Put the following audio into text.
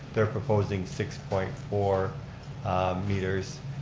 they're proposing six point four meters,